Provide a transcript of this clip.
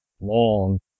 long